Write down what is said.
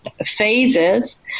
phases